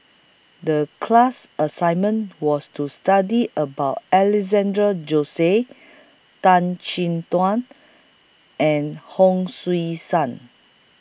The class assignment was to study about Alexandra Josey Tan Chin Tuan and Hon Sui Sen